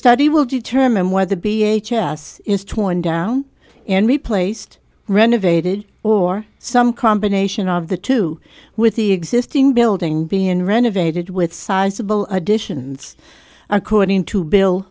study will determine whether the b h s is torn down and replaced renovated or some combination of the two with the existing building being renovated with sizeable additions according to bill